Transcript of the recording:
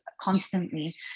constantly